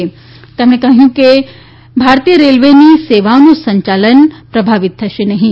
તેમણે સ્પષ્ટ કહ્યું કે ભારતીય રેલવેની સેવાઓનું સંચાલન પ્રભાવિત થશે નહીં